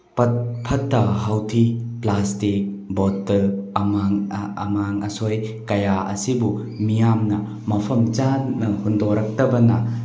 ꯐꯠꯇ ꯍꯥꯎꯊꯤ ꯄ꯭ꯂꯥꯁꯇꯤꯛ ꯕꯣꯇꯜ ꯑꯃꯥꯡ ꯑꯁꯣꯏ ꯀꯌꯥ ꯑꯁꯤꯕꯨ ꯃꯤꯌꯥꯝꯅ ꯃꯐꯝ ꯆꯥꯅ ꯍꯨꯟꯗꯣꯔꯛꯇꯕꯅ